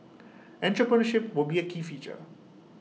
entrepreneurship would be A key feature